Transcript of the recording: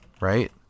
right